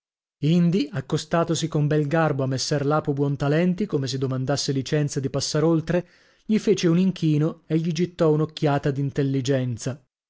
pittura indi accostatosi con bel garbo a messer lapo buontalenti come se domandasse licenza di passar oltre gli fece un inchino e gli gittò un'occhiata d'intelligenza